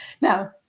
Now